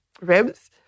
ribs